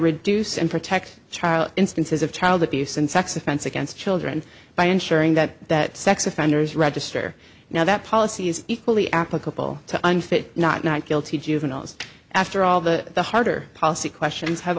reduce and protect child instances of child abuse and sex offense against children by ensuring that that sex offenders register now that policy is equally applicable to unfit not not guilty juveniles after all the harder policy questions have